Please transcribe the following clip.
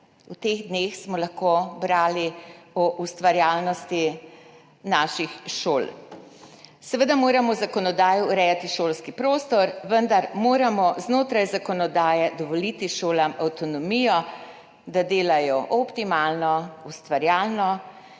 V teh dneh smo lahko brali o ustvarjalnosti naših šol. Seveda moramo v zakonodaji urejati šolski prostor, vendar moramo znotraj zakonodaje dovoliti šolam avtonomijo, da delajo optimalno, ustvarjalno,